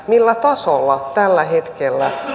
millä tasolla tällä hetkellä